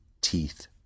teeth